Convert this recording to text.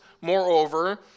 moreover